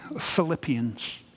Philippians